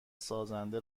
سازنده